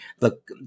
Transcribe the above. Look